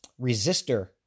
resistor